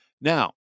Now